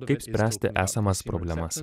kaip spręsti esamas problemas